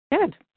Good